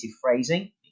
phrasing